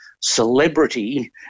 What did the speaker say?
celebrity